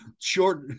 short